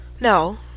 No